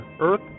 Earth